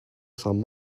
some